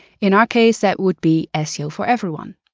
in our case that would be ah seo for everyone.